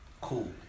Cool